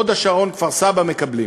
הוד-השרון וכפר-סבא מקבל?